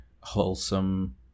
wholesome